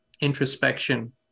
introspection